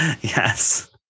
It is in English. yes